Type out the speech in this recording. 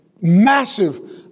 Massive